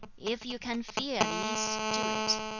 if you can feel at ease, do it.